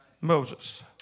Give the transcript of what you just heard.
Moses